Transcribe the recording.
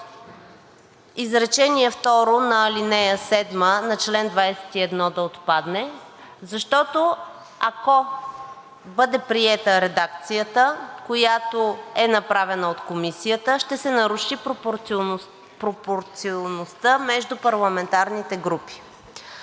изречение второ на ал. 7 на чл. 21 да отпадне, защото, ако бъде приета редакцията, която е направена от Комисията, ще се наруши пропорционалността между парламентарните групи.